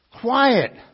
quiet